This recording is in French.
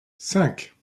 cinq